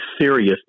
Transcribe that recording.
serious